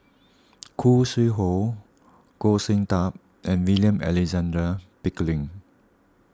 Khoo Sui Hoe Goh Sin Tub and William Alexander Pickering